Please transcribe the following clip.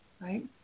Right